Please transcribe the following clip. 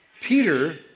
Peter